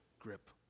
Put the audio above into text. grip